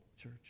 church